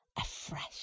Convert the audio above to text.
afresh